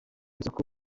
isoko